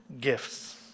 gifts